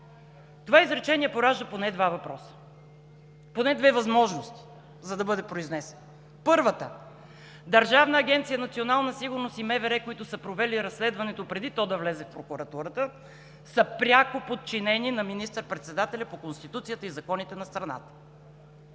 Това изречение поражда поне два въпроса, поне две възможности, за да бъде произнесено. Първата, Държавна агенция „Национална сигурност“ и МВР, които са провели разследването, преди то да влезе в прокуратурата, са пряко подчинени на министър-председателя по Конституция и законите на страната.